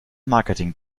marketing